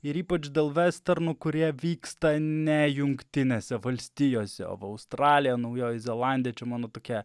ir ypač dėl vesternų kurie vyksta ne jungtinėse valstijose o australija naujoji zelandija čia mano tokia